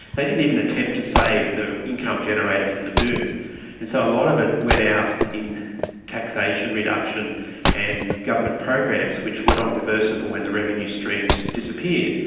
they didn't even attempt to save the income generated from the boom. and so a lot of it went out in taxation reduction and government programs which were not reversible when the revenue streams disappeared,